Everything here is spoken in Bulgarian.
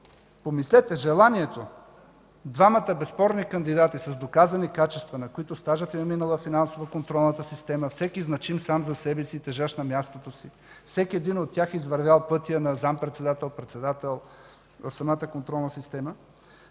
Помислете, желанието двамата безспорни кандидати с доказани качества, на които стажът им е минал във финансово-контролната система, всеки значим сам за себе си, тежащ на мястото си, всеки един от тях е извървял пътя на заместник-председател, председател в самата контролна система,